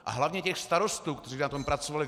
A hlavně těch starostů, kteří na tom pracovali.